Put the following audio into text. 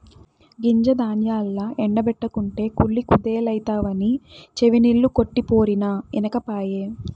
గింజ ధాన్యాల్ల ఎండ బెట్టకుంటే కుళ్ళి కుదేలైతవని చెవినిల్లు కట్టిపోరినా ఇనకపాయె